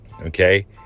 Okay